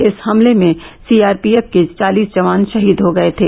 इस हमले में सीआरपीएफ के चालीस जवान शहीद हो गए थे